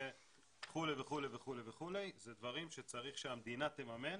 וכו' וכו' וכו', אלה דברים שצריך שהמדינה תממן